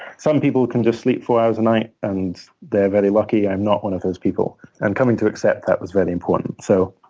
some people can just sleep four hours a night, and they're very lucky. i'm not one of those people. and coming to accept that was very important. so